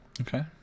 Okay